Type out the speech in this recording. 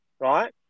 right